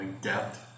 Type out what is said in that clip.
depth